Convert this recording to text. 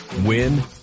win